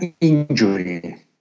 injury